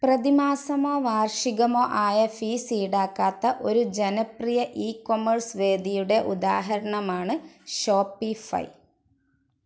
പ്രതിമാസമോ വാർഷികമോ ആയ ഫീസ് ഈടാക്കാത്ത ഒരു ജനപ്രിയ എ കൊമേഴ്സ് വേദിയുടെ ഉദാഹരണമാണ് ഷോപ്പിഫൈ